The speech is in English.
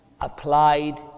applied